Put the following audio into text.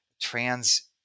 trans